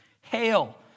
hail